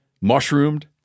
mushroomed